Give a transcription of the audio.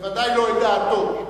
בוודאי לא את דעתו.